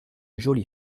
jolie